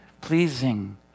pleasing